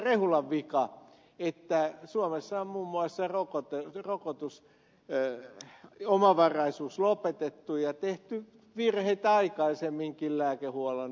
rehulan vika että suomessa on muun muassa rokotusomavaraisuus lopetettu ja tehty virheitä aikaisemminkin lääkehuollon alueella